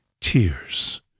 Tears